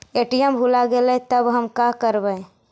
ATM भुला गेलय तब हम काकरवय?